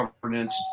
governance